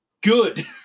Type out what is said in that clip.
good